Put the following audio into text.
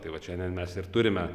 tai vat šiandien mes ir turime